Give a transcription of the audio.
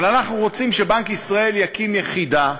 אבל אנחנו רוצים שבנק ישראל יקים יחידה,